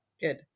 Good